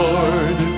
Lord